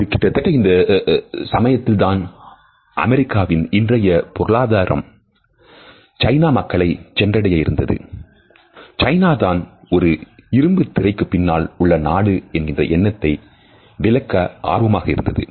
அது கிட்டத்தட்ட இந்த சமயத்தில்தான் அமெரிக்காவின் இன்றைய பொருளாதாரம் சைனா மக்களை சென்றடைய இருந்தது சைனா தான் ஒரு இரும்புத் திரைக்குப் பின்னால் உள்ள நாடு என்கின்ற என்னத்தை விலக்கஆர்வமாக இருந்தது